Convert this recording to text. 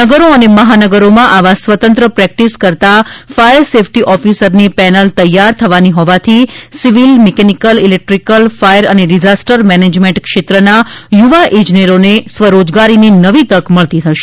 નગરો અને મહાનગરોમાં આવા સ્વતંત્ર પ્રેક્ટિસ કરતા ફાયર સેફ્ટી ઓફિસરની પેનલ તૈયાર થવાની હોવાથી સીવીલ મિકેનીકલ ઇલેક્ટ્રીકલ ફાયરઅને ડિઝાસ્ટર મેનેજમેન્ટ ક્ષેત્રના યુવા ઈજનેરોને સ્વરોજગારીની નવી તક મળતી થશે